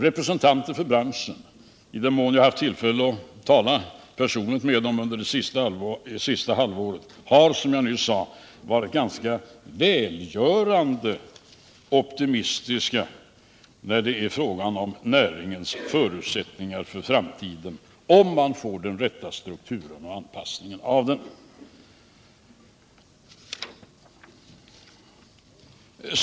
Representanter för branschen, i den mån jag har haft tillfälle att personligen tala med sådana under det senaste halvåret, har, som jag nyss sade, varit ganska välgörande optimistiska beträffande näringens förutsättningar i framtiden, om man får den rätta strukturen och anpassningen.